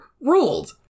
ruled